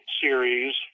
series